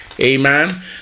amen